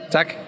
Tak